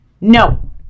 No